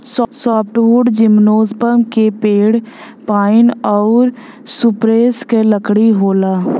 softwood gymnosperm के पेड़ pine आउर स्प्रूस क लकड़ी होला